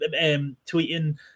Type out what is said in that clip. tweeting